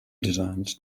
designs